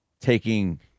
taking